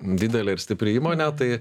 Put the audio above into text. didelė ir stipri įmonė tai